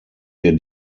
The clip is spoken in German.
wir